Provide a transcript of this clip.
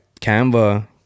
canva